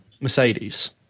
Mercedes